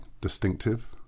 distinctive